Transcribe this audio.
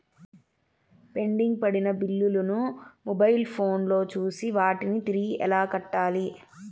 pending పడిన బిల్లులు ను మొబైల్ ఫోను లో చూసి వాటిని తిరిగి ఎలా కట్టాలి